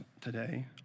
today